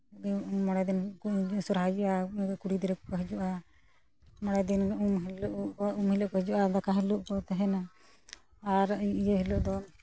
ᱯᱩᱱ ᱢᱚᱬᱮ ᱫᱤᱱ ᱥᱚᱨᱦᱟᱭ ᱦᱩᱭᱩᱜᱼᱟ ᱠᱩᱲᱤ ᱜᱤᱫᱽᱨᱟᱹ ᱠᱚᱠᱚ ᱦᱤᱡᱩᱜᱼᱟ ᱢᱚᱬᱮ ᱫᱤᱱ ᱩᱢ ᱦᱤᱞᱳᱜ ᱩᱢ ᱦᱤᱞᱳᱜ ᱠᱚ ᱦᱤᱡᱩᱰᱼᱟ ᱵᱚᱸᱜᱟ ᱦᱤᱞᱳᱜ ᱠᱚ ᱛᱟᱦᱮᱱᱟ ᱟᱨ ᱤᱭᱟᱹ ᱦᱤᱞᱳᱜ ᱫᱚ